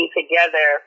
together